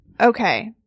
Okay